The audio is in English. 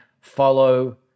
follow